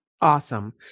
Awesome